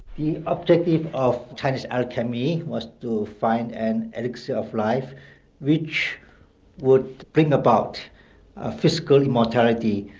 the objective of chinese alchemy was to find an elixir of life which would bring about ah physical immortality.